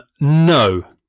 No